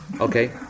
Okay